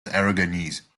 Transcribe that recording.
aragonese